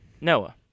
Noah